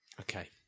Okay